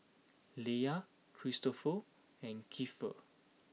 Leia Kristoffer and Keifer